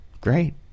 Great